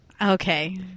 Okay